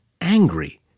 angry